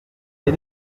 les